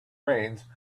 brains